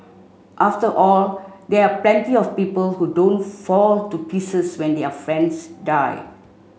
after all there are plenty of people who don't fall to pieces when their friends die